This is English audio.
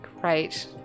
great